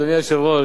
אדוני היושב-ראש,